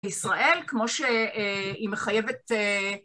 ישראל כמו שהיא מחייבת